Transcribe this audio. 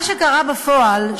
מה שקרה בפועל,